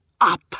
up